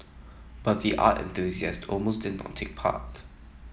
but the art enthusiast almost did not take part